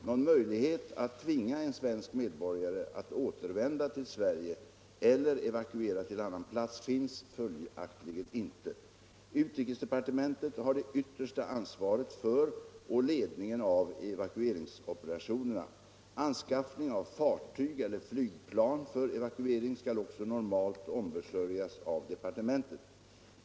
Någon möjlighet att tvinga en svensk medborgare att återvända till Sverige eller evakuera till annan plats finns följaktligen inte. Utrikesdepartementet har det yttersta ansvaret för och ledningen av evakueringsoperationerna. Anskaffning av fartyg eller flygplan för evakuering skall också normalt ombesörjas av departementet.